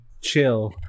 Chill